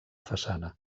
façana